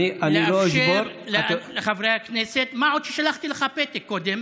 לאפשר לחברי הכנסת, מה עוד ששלחתי לך פתק קודם.